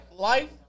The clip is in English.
Life